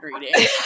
reading